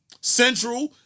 Central